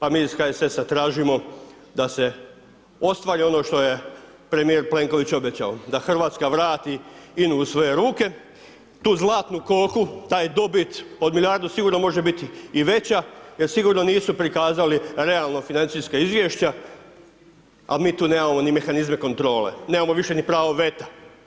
Pa mi iz HSS-a tražimo da se ostvari ono što je premijer Plenković obećao, da Hrvatska vrati INA-u u svoje ruke, tu zlatnu koku, taj dobit od milijardu sigurno može biti i veća, jer sigurno nisu prikazali realno financijska izvješća, a mi tu nemamo ni mehanizme kontrole, nemamo više ni pravo veta.